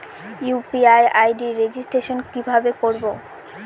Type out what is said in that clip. UPI ID registration কিভাবে করব?